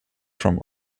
from